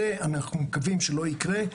זה לא יקרה,